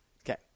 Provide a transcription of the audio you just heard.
Okay